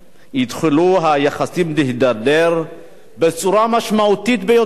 התחילו היחסים להידרדר בצורה משמעותית ביותר.